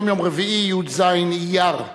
היום יום רביעי י"ז באייר תשע"ב,